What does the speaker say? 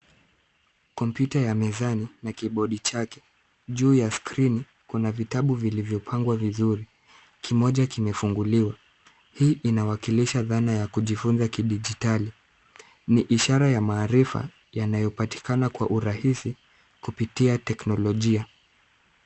Kompyuta ya mezani na kibodi chake. Juu ya skrini kuna vitabu vilivyopangwa vizuri, kimoja kimefunguliwa, hii inawakilisha dhana ya kujifunza kidijitali. Ni ishara ya maarifa yanayopatikana kwa urahisi kupitia teknolojia.